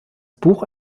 buch